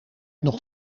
nog